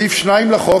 בסעיף 2 לחוק,